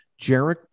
Jarek